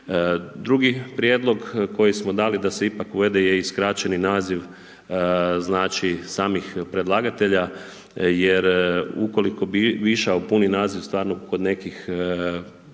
Drugi prijedlog koji smo dali da se ipak uvede je skraćeni naziv samih predlagatelja jer ukoliko bi išao puni naziv kod nekih vijeća,